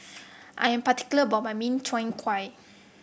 I am particular about my Min Chiang Kueh